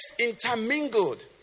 intermingled